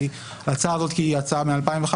כי ההצעה הזאת היא הצעה מ-2015.